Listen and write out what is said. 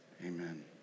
Amen